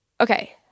okay